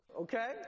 Okay